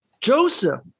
Joseph